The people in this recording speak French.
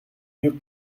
mieux